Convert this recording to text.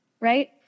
right